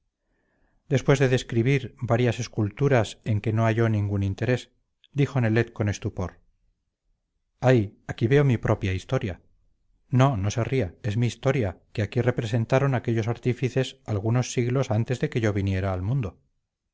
varias esculturas en que no halló ningún interés dijo nelet con estupor ay aquí veo mi propia historia no no se ría es mi historia que aquí representaron aquellos artífices algunos siglos antes de que yo viniera al mundo